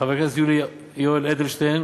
חבר הכנסת יולי יואל אדלשטיין,